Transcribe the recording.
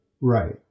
Right